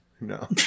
No